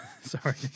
Sorry